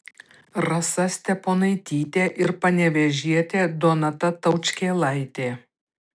rasa steponaitytė ir panevėžietė donata taučkėlaitė